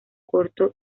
corto